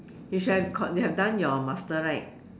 you should have called they have done your master right